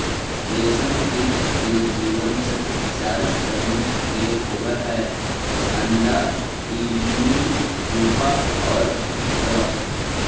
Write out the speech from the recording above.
रेशमकीट के जीवन चक्र चार चरण के होवऽ हइ, अण्डा, इल्ली, प्यूपा आउ शलभ